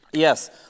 Yes